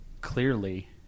clearly